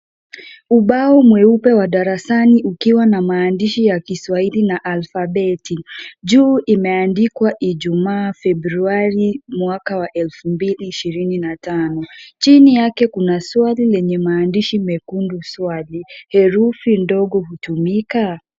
Ubao mweupe wa darasani ukiwa na maandishi ya kiswahili na alphabeti. Juu imeandikwa ijumaa, Februali mwaka wa elfu mbili ishirini na tano. Chini yake kuna swali lenye maandishi mekundu swali, herufi ndogo hutumika?